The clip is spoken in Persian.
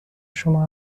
شما